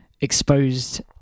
exposed